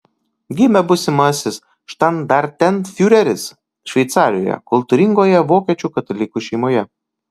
gimė būsimasis štandartenfiureris šveicarijoje kultūringoje vokiečių katalikų šeimoje